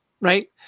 Right